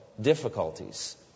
difficulties